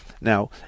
Now